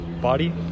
Body